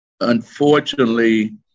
Unfortunately